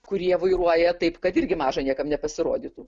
kurie vairuoja taip kad irgi maža niekam nepasirodytų